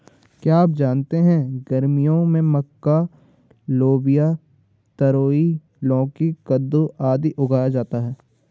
क्या आप जानते है गर्मियों में मक्का, लोबिया, तरोई, लौकी, कद्दू, आदि उगाया जाता है?